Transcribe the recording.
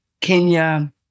Kenya